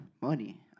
money